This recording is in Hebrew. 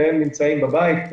שניהם נמצאים בבית,